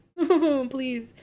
please